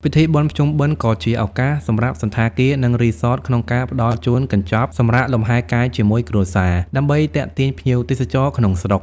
ពិធីបុណ្យភ្ជុំបិណ្ឌក៏ជាឱកាសសម្រាប់សណ្ឋាគារ និងរីសតក្នុងការផ្តល់ជូនកញ្ចប់ "សម្រាកលំហែកាយជាមួយគ្រួសារ" ដើម្បីទាក់ទាញភ្ញៀវទេសចរក្នុងស្រុក។